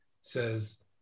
says